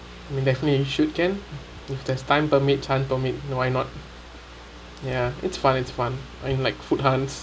I mean definitely you should can if there's time permit time permit why not ya it's fun it's fun I like food hunt